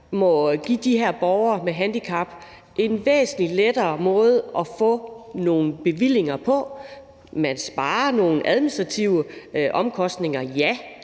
må give de her borgere med handicap en væsentlig lettere måde at få nogle bevillinger på. Man sparer nogle administrative omkostninger, ja,